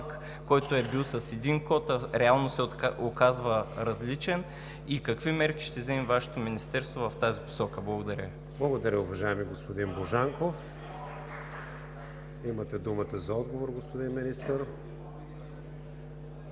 който е бил с един код, а реално се оказва различен; и какви мерки ще вземе Вашето министерство в тази посока? Благодаря Ви. ПРЕДСЕДАТЕЛ КРИСТИАН ВИГЕНИН: Благодаря, уважаеми господин Божанков. Имате думата за отговор, господин Министър.